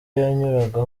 yanyuraga